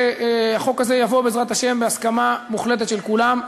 והחוק הזה יבוא בעזרת השם בהסכמה מוחלטת של כולם.